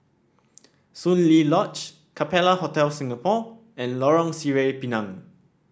Soon Lee Lodge Capella Hotel Singapore and Lorong Sireh Pinang